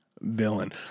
villain